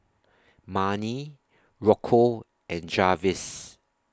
Marni Rocco and Jarvis